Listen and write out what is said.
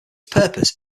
purpose